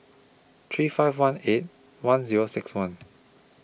three five one eight one Zero six one